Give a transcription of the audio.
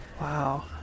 Wow